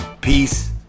Peace